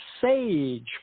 Sage